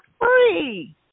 free